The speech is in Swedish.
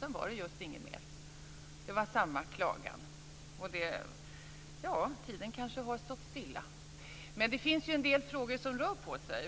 Det var just inget mer - det var samma klagan. Tiden kanske har stått stilla, men det finns en del frågor som rör på sig.